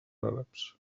àrabs